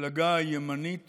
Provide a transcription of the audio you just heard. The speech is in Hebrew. מפלגה ימנית